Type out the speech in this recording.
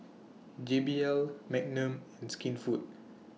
J B L Magnum and Skinfood